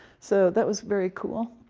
so that was very cool.